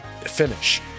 finish